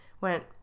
went